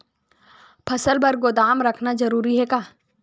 फसल बर गोदाम रखना जरूरी हे का?